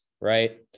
right